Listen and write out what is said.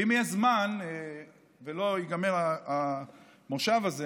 ואם יהיה זמן ולא ייגמר המושב הזה,